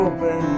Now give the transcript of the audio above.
Open